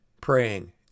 praying